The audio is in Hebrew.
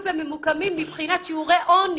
אתיופיה ממוקמים מבחינת שיעורי עוני.